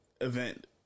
event